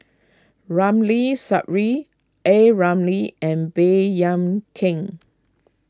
Ramli Sarip A Ramli and Baey Yam Keng